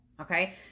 Okay